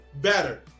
better